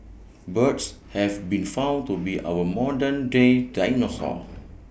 birds have been found to be our modern day dinosaurs